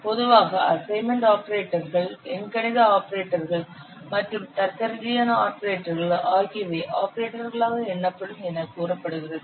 பொதுவாக அசைன்மென்ட் ஆபரேட்டர்கள் எண்கணித ஆபரேட்டர்கள் மற்றும் தர்க்கரீதியான ஆபரேட்டர்கள் ஆகியவை ஆபரேட்டர்களாக எண்ணப்படும் என கூறப்படுகிறது